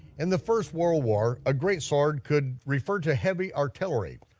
in the first world war, a great sword could refer to heavy artillery,